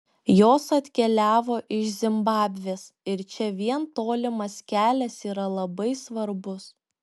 jos atkeliavo iš zimbabvės ir čia vien tolimas kelias yra labai svarbus